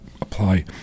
apply